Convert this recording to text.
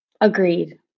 agreed